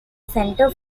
center